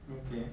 okay